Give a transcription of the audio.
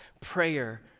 prayer